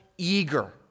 eager